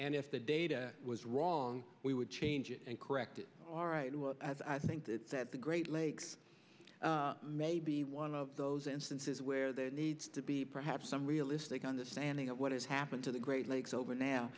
and if the data was wrong we would change it and correct it all right i think that the great lakes may be one of those instances where there needs to be perhaps some realistic understanding of what has happened to the great lakes over now